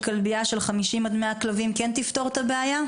של כלבייה של 50 עד 100 כלבים כן תפתור את הבעיה?